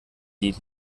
die